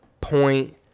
point